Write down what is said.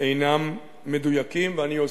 אינם מדויקים, ואני אוסיף.